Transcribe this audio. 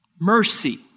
Mercy